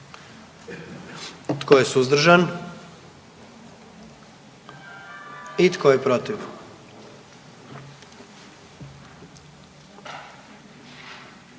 Tko je suzdržan? I tko je protiv?